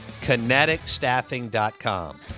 KineticStaffing.com